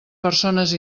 persones